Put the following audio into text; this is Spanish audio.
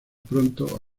pronto